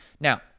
Now